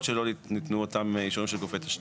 שלא ניתנו אותם אישורים של גופי תשתית.